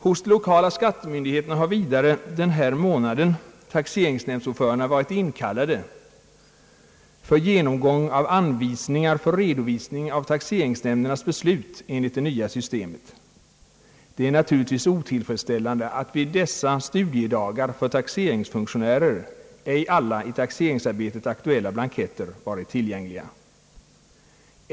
Hos de lokala skattemyndigheterna har vidare denna månad taxeringsnämndsordförandena varit inkallade för genomgång av anvisningar för redovisning av taxeringsnämndernas beslut enligt det nya systemet. Det är naturligtvis otillfredsställande att vid dessa studiedagar för taxeringsfunktionärer ej alla i taxeringsarbetet aktuella blanketter varit tillgängliga.